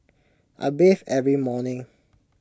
I bathe every morning